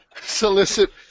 solicit